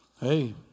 Hey